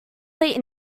late